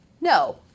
No